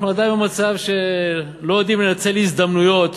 אנחנו עדיין במצב שלא יודעים לנצל הזדמנויות